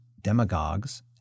demagogues